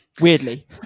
Weirdly